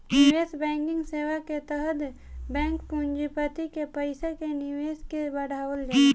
निवेश बैंकिंग सेवा के तहत बैंक पूँजीपति के पईसा के निवेश के बढ़ावल जाला